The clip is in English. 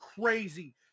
crazy